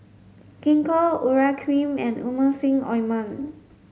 Gingko Urea cream and Emulsying ointment